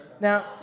Now